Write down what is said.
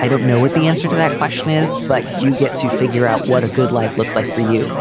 i don't know what the answer to that question is, but you get to figure out what a good life looks like for you,